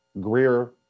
Greer